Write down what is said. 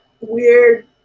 weird